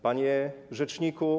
Panie Rzeczniku!